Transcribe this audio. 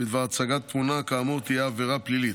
בדבר הצגת תמונה כאמור תהיה עבירה פלילית,